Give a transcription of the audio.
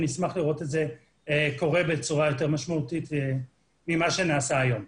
ונשמח לראות את זה קורה בצורה יותר משמעותית ממה שנעשה היום.